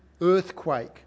earthquake